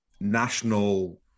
national